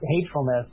hatefulness